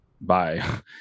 bye